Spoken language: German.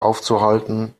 aufzuhalten